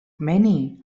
many